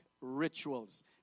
rituals